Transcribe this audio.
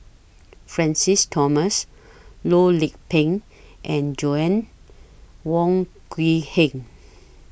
Francis Thomas Loh Lik Peng and Joanna Wong Quee Heng